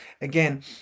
again